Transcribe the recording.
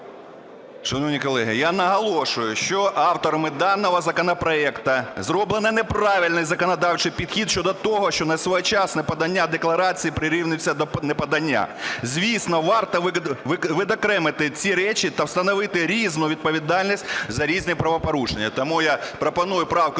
Шановні колеги, я наголошую, що авторами даного законопроекту зроблено неправильний законодавчий підхід щодо того, що несвоєчасне подання декларації прирівнюється до неподання. Звісно, варто відокремити ці речі та встановити різну відповідальність за різні правопорушення. Тому я пропоную правку